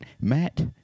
Matt